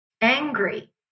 angry